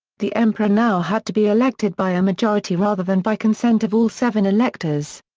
the emperor now had to be elected by a majority rather than by consent of all seven electors.